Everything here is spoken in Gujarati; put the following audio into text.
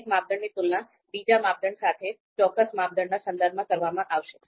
દરેક માપદંડની તુલના બીજા માપદંડ સાથે ચોક્કસ માપદંડના સંદર્ભમાં કરવામાં આવશે